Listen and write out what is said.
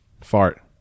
Fart